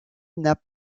n’a